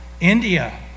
India